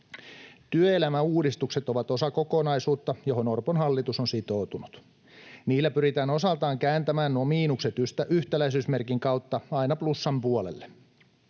Työelämäuudistukset ovat osa kokonaisuutta, johon Orpon hallitus on sitoutunut. Niillä pyritään osaltaan kääntämään nuo miinukset yhtäläisyysmerkin kautta aina plussan puolelle.